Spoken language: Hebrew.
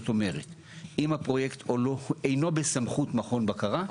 אם הפרויקט אינו בסמכות מכון בקרה,